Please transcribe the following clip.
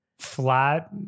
flat